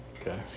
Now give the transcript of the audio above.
Okay